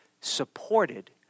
supported